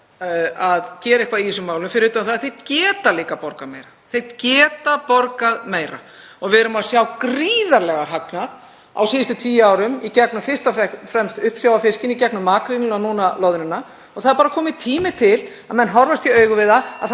að gera eitthvað í þessum málum fyrir utan það að þeir geta líka borgað meira. Þeir geta borgað meira og við höfum séð gríðarlegan hagnað á síðustu tíu árum fyrst og fremst í gegnum uppsjávarfiskinn, í gegnum makrílinn og núna loðnuna. Það er bara kominn tími til að menn horfist í augu við